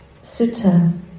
sutta